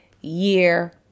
year